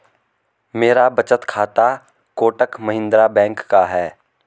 मेरा बचत खाता कोटक महिंद्रा बैंक का है